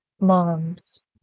moms